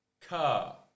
car